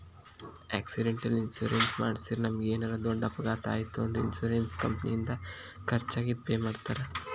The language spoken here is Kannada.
ಆಕ್ಸಿಡೆಂಟಲ್ ಇನ್ಶೂರೆನ್ಸ್ ಮಾಡಿಸಿದ್ರ ನಮಗೇನರ ದೊಡ್ಡ ಅಪಘಾತ ಆಯ್ತ್ ಅಂದ್ರ ಇನ್ಶೂರೆನ್ಸ್ ಕಂಪನಿಯಿಂದ ಖರ್ಚಾಗಿದ್ ಪೆ ಮಾಡ್ತಾರಾ